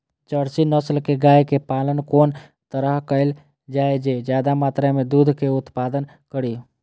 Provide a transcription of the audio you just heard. Jersey नस्ल के गाय के पालन कोन तरह कायल जाय जे ज्यादा मात्रा में दूध के उत्पादन करी?